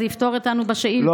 אז זה יפטור אותנו מהשאילתות.